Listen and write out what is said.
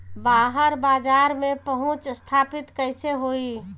बाहर बाजार में पहुंच स्थापित कैसे होई?